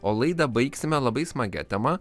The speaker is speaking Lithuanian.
o laidą baigsime labai smagia tema